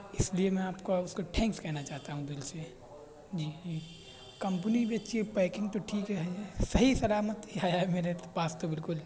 اس لیے میں آپ کو اس کا ٹھینکس کہنا چاہتا ہوں دل سے جی کمپنی بھی اچھی ہے پیکنگ تو ٹھیک ہے صحیح سلامت ہی آیا ہے میرے پاس تو بالکل